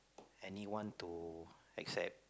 anyone to accept